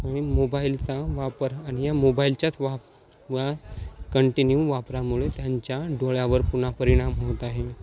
आणि मोबाईलचा वापर आणि या मोबाईलच्याच वा वा कंटिन्यू वापरामुळे त्यांच्या डोळ्यावर पुन्हा परिणाम होत आहे